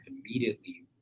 immediately